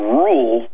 rule